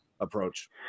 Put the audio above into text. approach